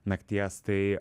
nakties tai